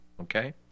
Okay